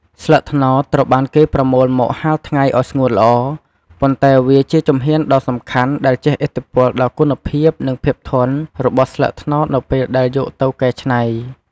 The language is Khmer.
ស្លឹកត្នោតត្រូវបានគេប្រមូលមកហាលថ្ងៃឱ្យស្ងួតល្អ ប៉ុន្តែវាជាជំហានដ៏សំខាន់ដែលជះឥទ្ធិពលដល់គុណភាព និងភាពធន់របស់ស្លឹកត្នោតនៅពេលដែលយកទៅកែច្នៃ។